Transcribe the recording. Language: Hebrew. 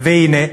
הנה,